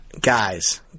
Guys